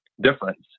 difference